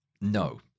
No